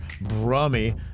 Brummy